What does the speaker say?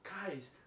guys